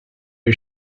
you